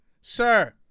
Sir